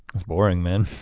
it's boring, man.